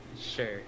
Sure